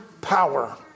power